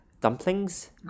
dumplings